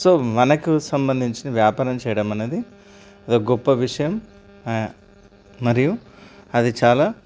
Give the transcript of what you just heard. so మనకు సంబంధించిన వ్యాపారం చేయడం అనేది అది ఒక గొప్ప విషయం మరియు అది చాలా